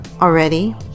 already